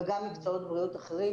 וגם למקצועות בריאות אחרים,